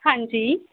ਹਾਂਜੀ